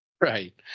Right